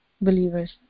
believers